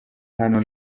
hano